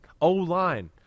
O-line